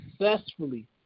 successfully